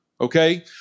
Okay